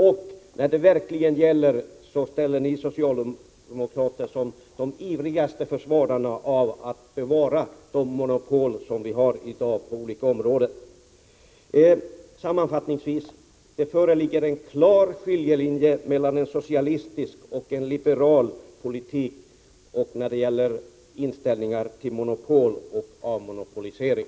Och när det verkligen gäller är ni socialdemokrater de ivrigaste att försvara och bevara de monopol som vi har i dag på olika områden. Sammanfattningsvis: Det föreligger en klar skiljelinje mellan en socialistisk och en liberal politik när det gäller inställningen till monopol och avmonopolisering.